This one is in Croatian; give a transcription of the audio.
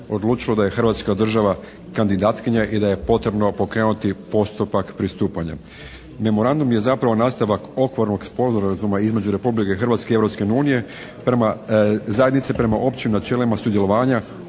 odlučilo da je Hrvatska država kandidatkinja i da je potrebno pokrenuti postupak pristupanja. Memorandum je zapravo nastavak okvirnog sporazuma između Republike Hrvatske i Europske unije, prema zajednice prema općim načelima sudjelovanja